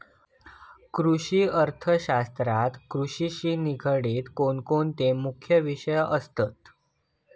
कृषि अर्थशास्त्रात कृषिशी निगडीत कोणकोणते मुख्य विषय असत?